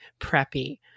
preppy